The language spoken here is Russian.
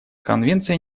конвенция